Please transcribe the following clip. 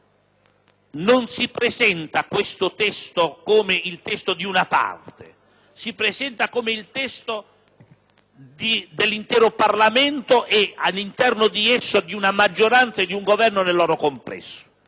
non si presenta come frutto della volontà di una parte, ma come il testo dell'intero Parlamento e, all'interno di esso, di una maggioranza e di un Governo nel loro complesso.